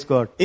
God